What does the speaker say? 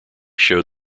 showed